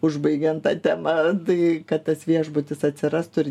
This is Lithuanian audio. užbaigiant tą temą dai kad tas viešbutis atsirastų ir